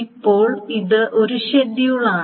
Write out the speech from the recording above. ഇപ്പോൾ ഇത് ഒരു ഷെഡ്യൂളാണ്